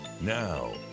Now